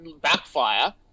backfire